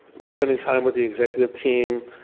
they're spending time with the executive team.